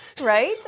Right